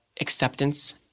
acceptance